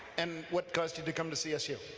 and what caused you to come to csu?